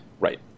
Right